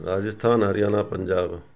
Rajasthan Haryana Punjab